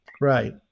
Right